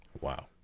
Wow